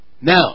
Now